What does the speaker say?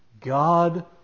God